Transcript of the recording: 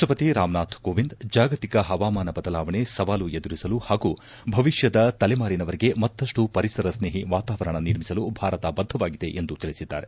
ರಾಷ್ಟಪತಿ ರಾಮನಾಥ್ ಕೋವಿಂದ್ ಜಾಗತಿಕ ಹವಾಮಾನ ಬದಲಾವಣೆ ಸವಾಲು ಎದುರಿಸಲು ಹಾಗೂ ಭವಿಷ್ಣದ ತಲೆಮಾರಿನವರಿಗೆ ಮತ್ತಪ್ಟು ಪರಿಸರಸ್ನೇಹಿ ವಾತಾವರಣ ನಿರ್ಮಿಸಲು ಭಾರತ ಬದ್ಧವಾಗಿದೆ ಎಂದು ತಿಳಿಸಿದ್ದಾರೆ